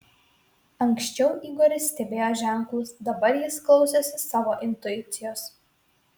anksčiau igoris stebėjo ženklus dabar jis klausosi savo intuicijos